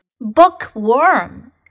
Bookworm